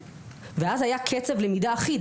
ואז היה קצב למידה אחיד,